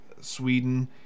sweden